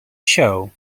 show